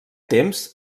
temps